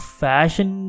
fashion